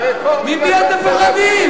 ממי אתם פוחדים?